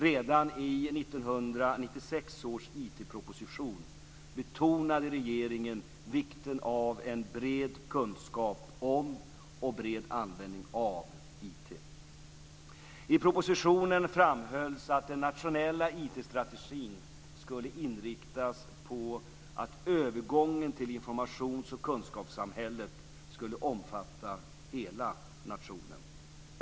Redan i 1996 års IT-proposition betonade regeringen vikten av en bred kunskap om och bred användning av IT. I propositionen framhölls att den nationella IT strategin skulle inriktas på att övergången till informations och kunskapssamhället skulle omfatta hela nationen.